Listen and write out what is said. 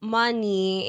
money